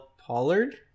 Pollard